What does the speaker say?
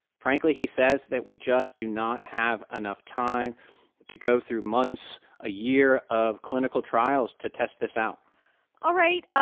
frankly, he says that we just do not have enough time to go through months, a year of clinical trials to test this out all right,